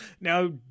now